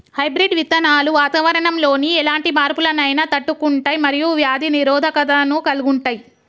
hybrid విత్తనాలు వాతావరణంలోని ఎలాంటి మార్పులనైనా తట్టుకుంటయ్ మరియు వ్యాధి నిరోధకతను కలిగుంటయ్